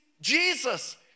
Jesus